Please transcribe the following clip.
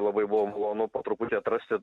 labai buvo malonu po truputį atrasti